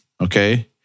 okay